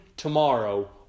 Tomorrow